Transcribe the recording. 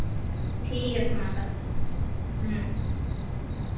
ᱴᱷᱤᱠ ᱟᱪᱪᱷᱮ ᱢᱟ ᱛᱟᱦᱚᱞᱮ ᱦᱮᱸ